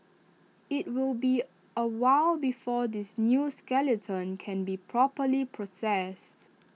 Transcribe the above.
IT will be A while before this new skeleton can be properly processed